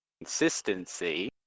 consistency